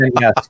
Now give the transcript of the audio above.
yes